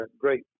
great